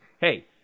hey